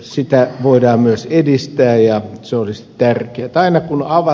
sitä voidaan myös edistää ja se olisi tärkeätä